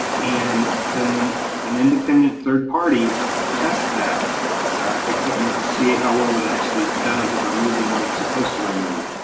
and then an independent third party tests that equipment to see how well it actually does at removing what it's supposed to remove.